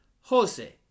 Jose